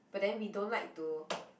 but then we don't like to